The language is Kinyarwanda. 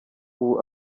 ubu